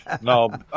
no